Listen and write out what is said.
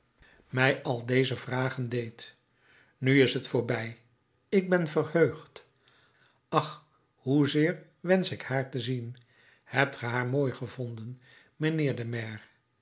mij al deze vragen deed nu is t voorbij ik ben verheugd ach hoezeer wensch ik haar te zien hebt ge haar mooi gevonden mijnheer de maire